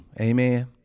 amen